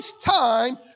time